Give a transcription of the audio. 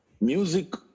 music